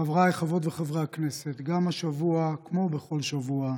חבריי חברות וחברי הכנסת, גם השבוע, כמו בכל שבוע,